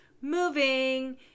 moving